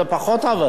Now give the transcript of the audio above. אבל זה פחות.